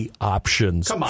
options